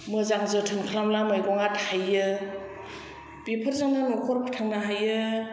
मोजां जोथोन खालामोब्ला मैगंआ थायो बेफोरजोंनो न'खर फोथांनो हायो